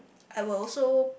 I will also